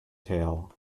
tail